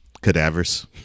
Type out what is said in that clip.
Cadavers